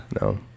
no